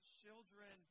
children